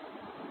names છે